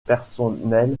personnels